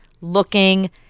looking